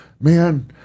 man